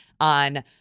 on